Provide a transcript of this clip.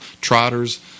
trotters